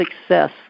success